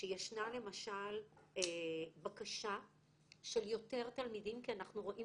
שישנה למשל בקשה של יותר תלמידים כי אנחנו רואים